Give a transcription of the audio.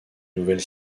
nouvelle